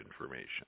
information